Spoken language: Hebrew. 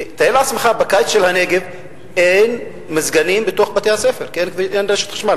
תאר לעצמך שבקיץ של הנגב אין מזגנים בבתי-הספר כי אין רשת חשמל.